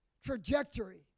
trajectory